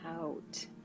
out